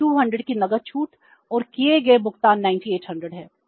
तो 200 की नकद छूट और किए गए भुगतान 9800 हैं